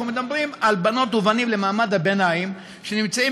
אנחנו מדברים על בנות ובנים למעמד הביניים שנמצאים